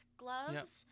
gloves